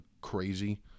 crazy